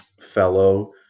fellow